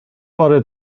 bore